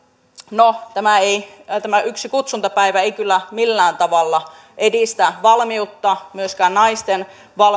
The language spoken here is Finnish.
no tämä yksi kutsuntapäivä ei kyllä millään tavalla edistä valmiutta naisten